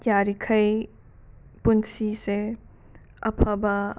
ꯌꯥꯔꯤꯈꯩ ꯄꯨꯟꯁꯤꯁꯦ ꯑꯐꯕ